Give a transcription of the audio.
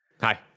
hi